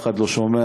אף אחד לא שומע,